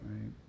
right